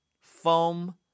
Foam